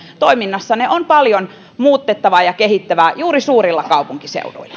toiminnassanne on paljon muutettavaa ja kehitettävää juuri suurilla kaupunkiseuduilla